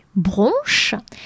bronches